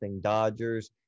Dodgers